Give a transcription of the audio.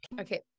okay